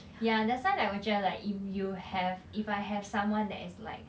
ya that's why like 我觉得 like if you have if I have someone that is like